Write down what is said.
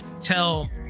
tell